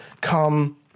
come